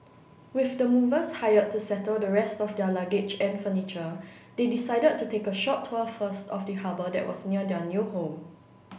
with the movers hired to settle the rest of their luggage and furniture they decided to take a short tour first of the harbour that was near their new home